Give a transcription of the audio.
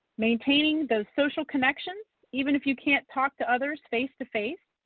maintaining those social connections even if you can't talk to others face-to-face.